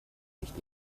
nicht